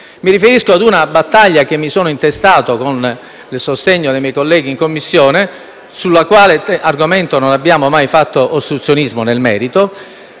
Mi riferisco ad una battaglia, che mi sono intestato con il sostegno dei miei colleghi in Commissione, rispetto a un argomento sul quale non abbiamo mai fatto ostruzionismo nel merito,